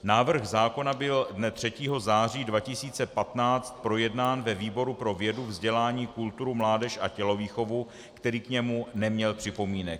Návrh zákona byl dne 3. září 2015 projednán ve výboru pro vědu, vzdělání, kulturu, mládež a tělovýchovu, který k němu neměl připomínek.